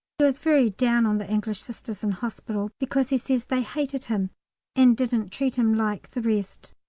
he was very down on the english sisters in hospital, because he says they hated him and didn't treat him like the rest.